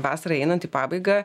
vasarai einant į pabaigą